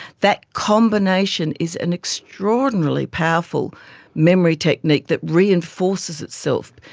that combination is an extraordinarily powerful memory technique that reinforces itself.